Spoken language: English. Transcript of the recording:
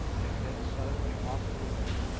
and then suddenly off we went.